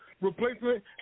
replacement